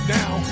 now